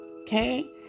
okay